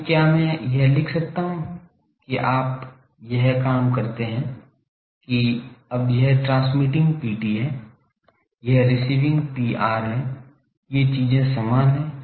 फिर क्या मैं यह लिख सकता हूं कि आप यह काम करते हैं कि अब यह ट्रांसमिटिंग Pt है यह रिसीविंग Pr है ये चीजें समान हैं